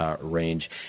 range